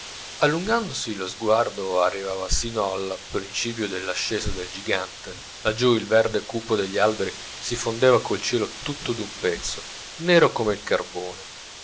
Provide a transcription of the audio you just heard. allungandosi lo sguardo arrivava sino al principio della scesa del gigante laggiù il verde cupo degli alberi si fondeva col cielo tutto d'un pezzo nero come il carbone